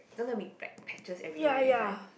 gonna be like pat~ patches everywhere that kind